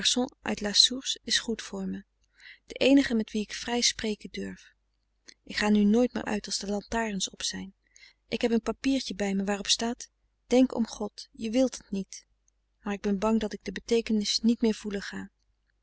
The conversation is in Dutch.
is goed voor me de eenige met wie ik vrij spreken durf ik ga nu nooit meer uit als de lantarens op zijn ik heb een papiertje bij me waarop staat denk om god je wilt het niet maar ik ben bang frederik van eeden van de koele meren des doods dat ik de beteekenis niet meer voelen ga